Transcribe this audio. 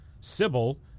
Sybil